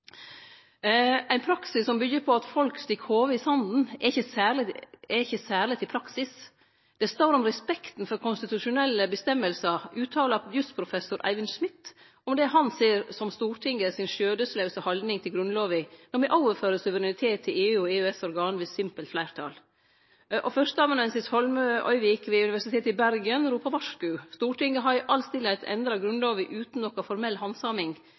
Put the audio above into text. praksis som bygger på at folk stikker hodet i sanden, er ikke særlig til praksis. Det står om respekten for konstitusjonelle bestemmelser.» Dette uttala jusprofessor Eivind Smith om det han ser som Stortingets «skjødesløse holdning» til Grunnlova når me overfører suverenitet til EU- og EØS-organ ved simpelt fleirtal. Førsteamanuensis Holmøyvik ved Universitetet i Bergen ropar varsku. Stortinget har i det stille endra Grunnlova utan noka formell handsaming,